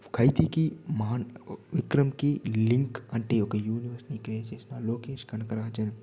ఖైదీకి విక్రమ్కి లింక్ అంటే ఒక యూనివర్స్ని క్రియేట్ చేసిన లోకేష్ కనగరాజన్